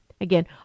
again